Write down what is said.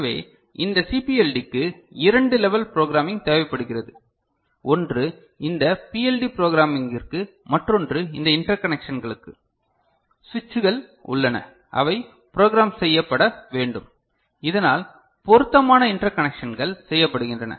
எனவே இந்த சிபிஎல்டிக்கு இரண்டு லெவல் ப்ரோக்ராமிங் தேவைப்படுகிறது ஒன்று இந்த பிஎல்டி ப்ரோக்ராமிங்கிற்கு மற்றொன்று இந்த இன்டர்கனெக்ஷன்களுக்கு சுவிட்சுகள் உள்ளன அவை ப்ரோக்ராம் செய்யப்பட வேண்டும் இதனால் பொருத்தமான இன்டர்கனெக்ஷன்கள் செய்யப்படுகின்றன